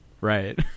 Right